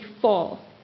fall